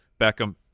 Beckham